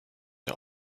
der